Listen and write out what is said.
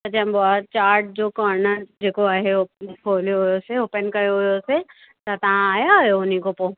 छा चइबो आहे चार्ट जो कॉर्नर जेको आहे हू खोलियो हुयोसीं ओपिन कयो हुओसीं त तव्हां आया आहियो उनखां पोइ